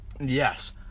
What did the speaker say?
Yes